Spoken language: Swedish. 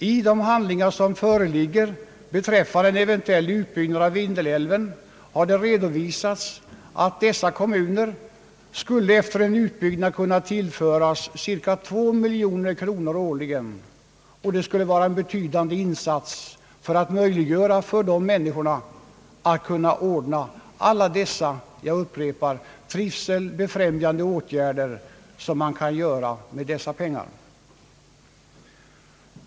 I de handlingar som föreligger beträffande en eventuell utbyggnad av Vindelälven har redovisats att dessa kommuner skulle efter en utbyggnad tillföras cirka två miljoner årligen, och det skulle vara en betydande insats för att möjliggöra för människorna där att genomföra alla dessa trivselbefrämjande åtgärder som pengarna kan användas till.